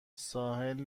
ساحل